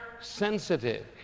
sensitive